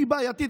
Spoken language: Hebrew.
שהיא בעייתית,